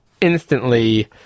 instantly